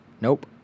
Nope